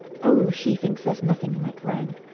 oh, she thinks there's nothing like rome.